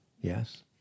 Yes